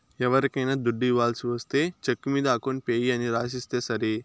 ఎవరికైనా దుడ్డు ఇవ్వాల్సి ఒస్తే చెక్కు మీద అకౌంట్ పేయీ అని రాసిస్తే సరి